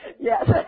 Yes